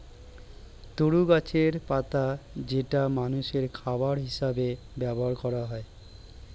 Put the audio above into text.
তরু গাছের পাতা যেটা মানুষের খাবার হিসেবে ব্যবহার করা হয়